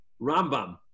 Rambam